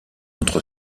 entre